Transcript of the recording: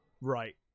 Right